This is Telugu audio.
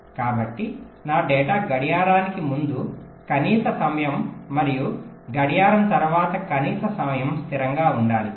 కాబట్టి నా డేటా గడియారానికి ముందు కనీస సమయం మరియు గడియారం తర్వాత కనీస సమయం స్థిరంగా ఉండాలి